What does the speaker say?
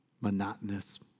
monotonous